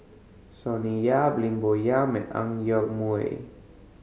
Sonny Yap Lim Bo Yam and Ang Yoke Mooi